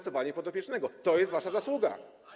To jest wasza zasługa.